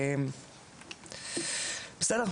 בסדר,